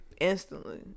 Instantly